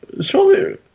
surely